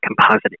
composite